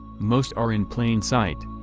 most are in plain sight,